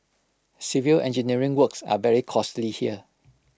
civil engineering works are very costly here